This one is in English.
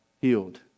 healed